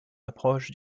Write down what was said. approche